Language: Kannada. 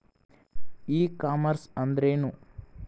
ಇ ಕಾಮರ್ಸ್ ಅಂದ್ರೇನು?